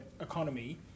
economy